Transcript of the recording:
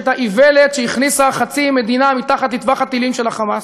איוולת שהכניסה חצי מדינה לטווח הטילים של ה"חמאס",